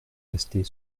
rester